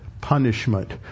punishment